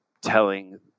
telling